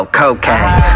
cocaine